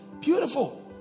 Beautiful